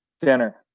Dinner